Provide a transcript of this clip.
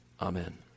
Amen